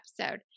episode